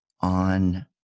on